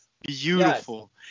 beautiful